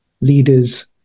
Leaders